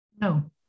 no